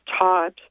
taught